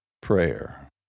prayer